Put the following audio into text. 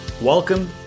Welcome